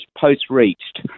post-reached